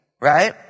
Right